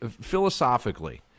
philosophically